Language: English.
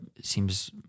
seems